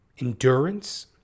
endurance